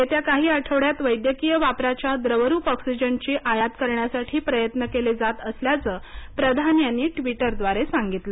येत्या काही आठवड्यात वैद्यकीय वापराच्या द्रवरूप ऑक्सिजनची आयात करण्यासाठी प्रयत्न केले जात असल्याचं प्रधान यांनी ट्वीटद्वारे सांगितलं